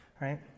Right